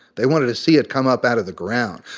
they wanted to see it come up out of the ground.